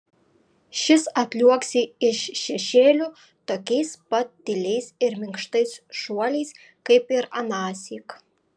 šis atliuoksi iš šešėlių tokiais pat tyliais ir minkštais šuoliais kaip ir anąsyk